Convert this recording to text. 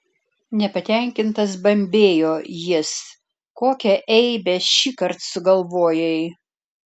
nepatenkintas bambėjo jis kokią eibę šįkart sugalvojai